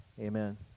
amen